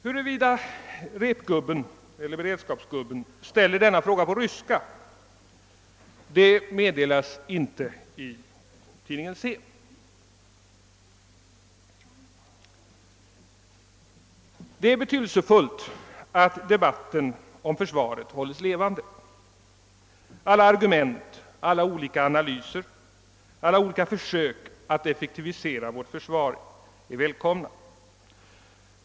Huruvida repgubben eller beredskapsgubben ställer denna fråga på ryska meddelas inte i tidningen Se. Det är betydelsefullt att debatten om försvaret hålles levande. Alla argument, alla olika analyser, alla olika försök att effektivisera vårt försvar är välkomna.